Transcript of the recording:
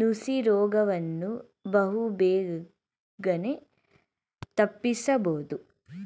ನುಸಿ ರೋಗವನ್ನು ಬಹುಬೇಗನೆ ತಪ್ಪಿಸಬೋದು